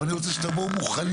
אבל אני רוצה שתבואו מוכנים.